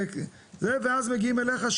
ואז מגיעים אליך,